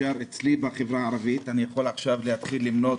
אצלי בחברה הערבית, אני יכול להתחיל עכשיו למנות